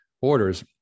orders